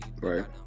Right